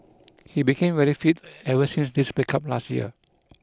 he became very fit ever since this breakup last year